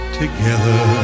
together